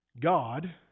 God